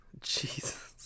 Jesus